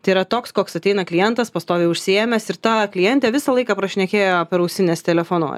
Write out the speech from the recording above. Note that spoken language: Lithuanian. tai yra toks koks ateina klientas pastoviai užsiėmęs ir ta klientė visą laiką prašnekėjo per ausines telefonu